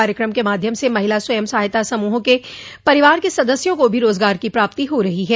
कार्यक्रम के माध्यम से महिला स्वयं सहायता समूहों के परिवार के सदस्यों को भी रोजगार की प्राप्ति हो रही है